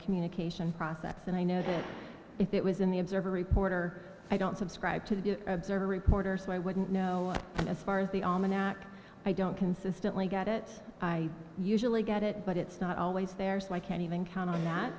communication process and i know that if it was in the observer reporter i don't subscribe to the observer reporter so i wouldn't know and as far as the almanac i don't consistently get it i usually get it but it's not always there so i can't even count on that